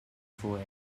for